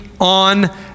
on